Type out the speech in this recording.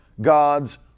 God's